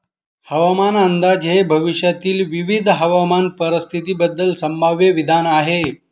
हवामान अंदाज हे भविष्यातील विविध हवामान परिस्थितींबद्दल संभाव्य विधान आहे